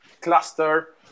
cluster